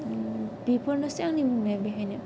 बेफोरनोसै आंनि बुंनाया बेहायनो